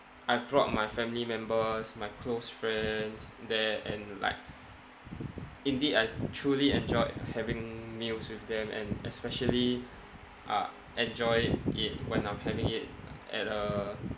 I brought my family members my close friends there and like indeed I truly enjoyed having meals with them and especially uh enjoy it in when I'm having it at a